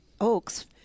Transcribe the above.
oaks